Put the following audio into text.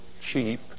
cheap